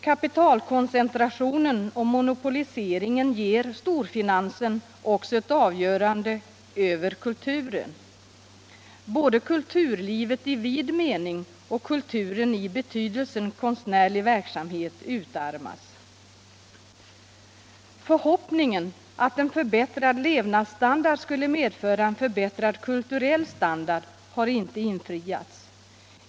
Kapitalkoncentrationen och monopoliseringen ger storfinansen även ett avgörande över kulturen. Både kulturlivet i vid mening och kulturen i betydelsen konstnärlig verksamhet utarmas. Förhoppningen att en förbättrad levnadsstandard skulle medföra en förbättrad kulturell standard har inte infriats.